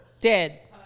Dead